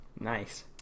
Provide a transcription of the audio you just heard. Nice